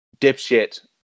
dipshit